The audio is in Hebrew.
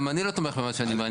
גם אני לא תומך במה שאני אומר.